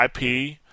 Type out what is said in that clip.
IP